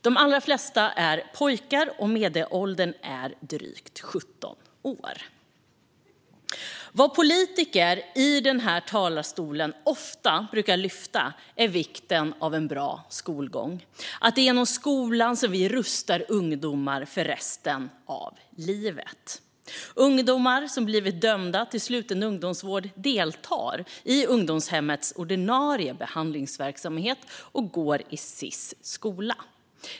De allra flesta är pojkar, och medelåldern är drygt 17 år. Vad politiker i denna talarstol ofta brukar lyfta är vikten av en bra skolgång. Det är genom skolan som vi rustar ungdomar för resten av livet. Ungdomar som blivit dömda till sluten ungdomsvård deltar i ungdomshemmets ordinarie behandlingsverksamhet och går i Sis skola.